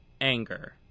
Anger